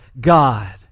God